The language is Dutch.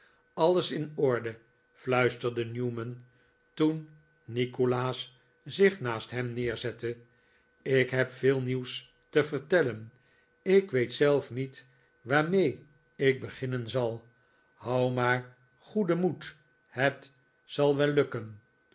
aues in orde fluisterde newman toen nikolaas zich naast hem neerzette ik heb veel nieuws te vertellen ik weet zelf niet waarmee ik beginnen zal houd maar goeden moed het zal wel lukken